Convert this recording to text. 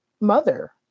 mother